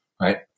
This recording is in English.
right